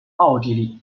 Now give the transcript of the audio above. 奥地利